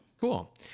Cool